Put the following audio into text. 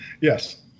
Yes